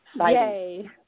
Yay